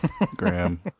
Graham